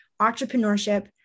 entrepreneurship